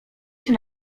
się